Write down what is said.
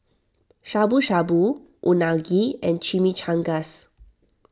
Shabu Shabu Unagi and Chimichangas